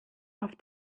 auf